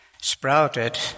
sprouted